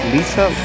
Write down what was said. Lisa